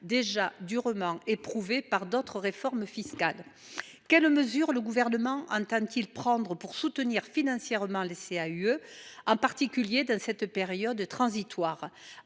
été durement éprouvées par d’autres réformes fiscales. Quelles mesures le Gouvernement entend il prendre pour soutenir financièrement les CAUE, en particulier dans cette période transitoire ?